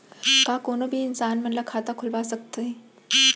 का कोनो भी इंसान मन ला खाता खुलवा सकथे?